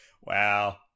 Wow